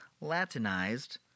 Latinized